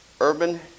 urban